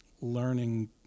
learning